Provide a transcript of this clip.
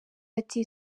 ati